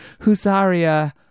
Husaria